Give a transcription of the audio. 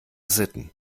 sitten